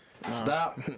Stop